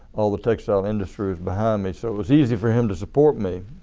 all the textile industries behind me so it was easy for him to support me.